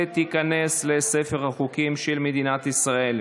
ותיכנס לספר החוקים של מדינת ישראל.